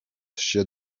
się